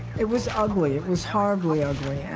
it was ugly, it was horribly ugly.